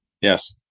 Yes